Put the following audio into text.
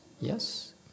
yes